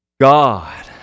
God